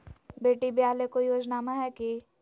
बेटी ब्याह ले कोई योजनमा हय की?